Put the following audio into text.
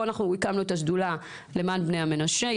הקמנו את השדולה למען בני המנשה,